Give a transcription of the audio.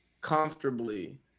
comfortably